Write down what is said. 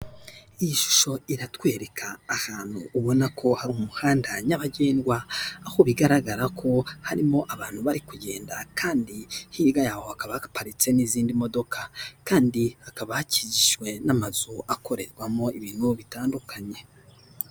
Iyi shusho iratwereka ahanu ubona ko hari umuhanda nyabagendwa aho bigaragara ko hari abantu barikugenda kandi hirya yaho hakaba haparitse n'izindi modoka kandi hakaba hakikijwe na amazu akorerwamo ibinu bitandukanye.